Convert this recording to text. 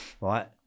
right